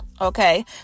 okay